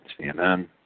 CNN